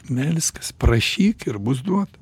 melskis prašyk ir bus duota